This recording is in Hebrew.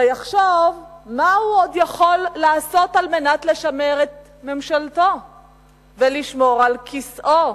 ויחשוב מה הוא עוד יכול לעשות על מנת לשמר את ממשלתו ולשמור על כיסאו,